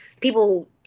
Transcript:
people